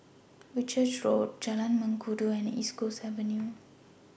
Whitchurch Road Jalan Mengkudu and East Coast Avenue